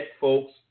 folks